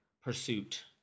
Pursuit